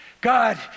God